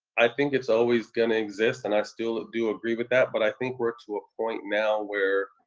i think it's always gonna exist, and i still do agree with that. but i think we're to a point now where